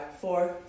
four